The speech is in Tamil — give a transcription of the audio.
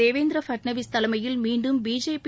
தேவேந்திர பட்னாவிஸ் தலைமையில் மீண்டும் பிஜேபி